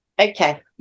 Okay